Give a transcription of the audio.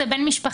זה גם לא טלאי.